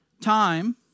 time